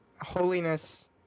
holiness